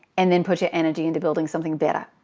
and then put your energy into building something better.